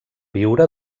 viure